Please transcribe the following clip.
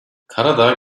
karadağ